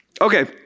Okay